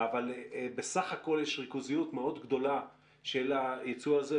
אבל בסך הכול יש ריכוזיות מאוד גדולה של הייצוא הזה,